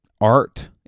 Art